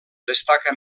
destaca